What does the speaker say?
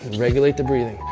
regulate the breathing.